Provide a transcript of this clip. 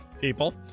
People